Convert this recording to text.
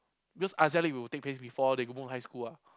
because league will take place before they go high school [what]